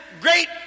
great